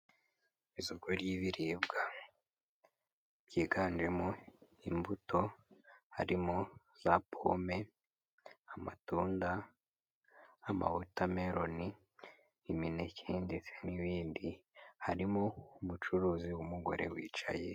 Isoko ry'ibiribwa byiganjemo imbuto, harimo za pome, amatunda, ama watermelon, imineke ndetse n'ibindi, harimo umucuruzi w'umugore wicaye.